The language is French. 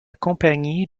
compagnie